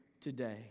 today